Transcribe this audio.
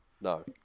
No